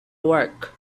work